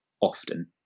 often